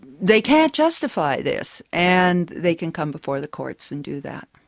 they can't justify this. and they can come before the courts and do that.